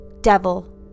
Devil